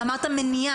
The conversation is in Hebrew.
אתה אמרת 'מניעה',